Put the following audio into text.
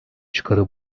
çıkarı